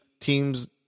teams